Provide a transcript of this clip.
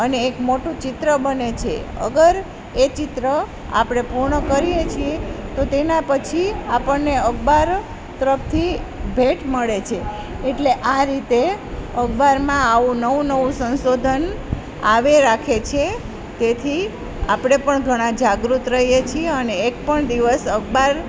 અને એક મોટું ચિત્ર બને છે અગર એ ચિત્ર આપણે પૂર્ણ કરીએ છીએ તો તેના પછી આપણને અખબાર તરફથી ભેટ મળે છે એટલે આ રીતે અખબારમાં આવું નવું નવું સંશોધન આવે રાખે છે તેથી આપણે પણ ઘણા જાગૃત રહીએ છીએ અને એક પણ દિવસ અખબાર